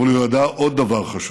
אבל הוא ידע עוד דבר חשוב: